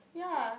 ya